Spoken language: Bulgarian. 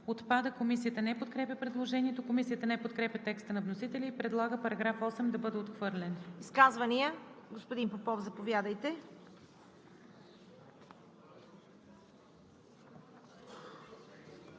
отпада.“ Комисията не подкрепя предложението. Комисията не подкрепя текста на вносителя и предлага § 8 да бъде отхвърлен. Изказвания? Господин Попов, заповядайте.